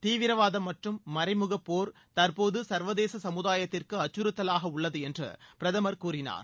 தீவிரவாதம் மற்றும் மறைமுகப்போர் தற்போது சர்வதேச சமுதாயத்திற்கு அச்சறுத்தலாக உள்ளது என்று அவர் கூறினார்